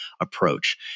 approach